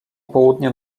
południa